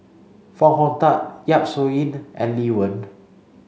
Foo Hong Tatt Yap Su Yin and Lee Wen